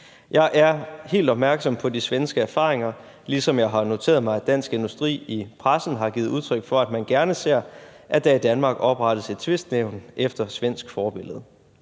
Jeg er helt opmærksom på de svenske erfaringer, ligesom jeg har noteret mig, at Dansk Industri i pressen har givet udtryk for, at man gerne ser, at der i Danmark oprettes et tvistnævn efter svensk forbillede,